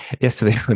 yesterday